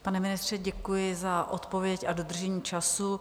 Pane ministře, děkuji za odpověď a dodržení času.